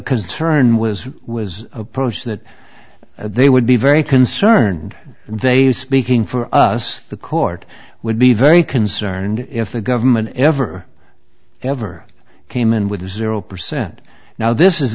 concern was who was approached that they would be very concerned and they were speaking for us the court would be very concerned if the government ever ever came in with zero percent now this is